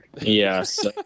Yes